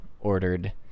ordered